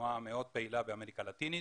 תנועה מאוד פעילה באמריקה הלטינית,